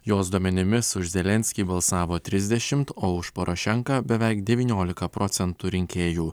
jos duomenimis už zelenskį balsavo trisdešimt o už porošenką beveik devyniolika procentų rinkėjų